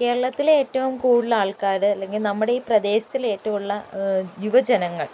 കേരളത്തിലെ ഏറ്റവും കൂടുതൽ ആൾക്കാർ അല്ലെങ്കിൽ നമ്മുടെ ഈ പ്രദേശത്തിൽ ഏറ്റവും ഉള്ള യുവജനങ്ങൾ